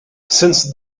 since